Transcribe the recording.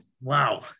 wow